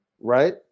right